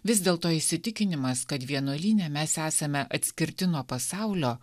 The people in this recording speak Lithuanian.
vis dėlto įsitikinimas kad vienuolyne mes esame atskirti nuo pasaulio